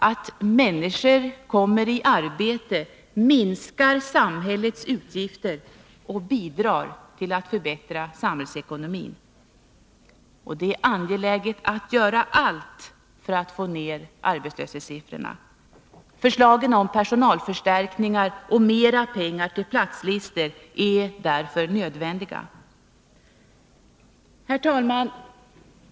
Att människor kommer i arbete minskar samhällets utgifter och bidrar till att förbättra samhällsekonomin. Det är angeläget att göra allt för att få ner arbetslöshetssiffrorna. Förslagen om personalförstärkningar och mera pengar till platslistor är därför nödvändiga. Herr talman!